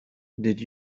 did